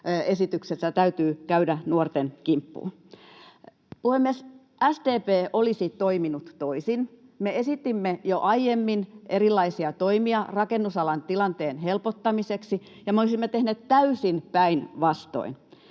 esityksessä täytyy käydä nuorten kimppuun. Puhemies! SDP olisi toiminut toisin. Me esitimme jo aiemmin erilaisia toimia rakennusalan tilanteen helpottamiseksi, ja me olisimme tehneet täysin päinvastoin.